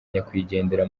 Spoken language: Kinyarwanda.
nyakwigendera